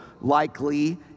likely